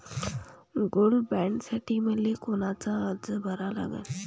Gold बॉण्डसाठी मले कोनचा अर्ज भरा लागन?